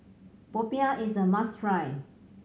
popiah is a must try